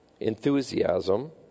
enthusiasm